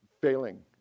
failing